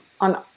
on